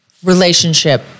relationship